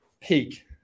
peak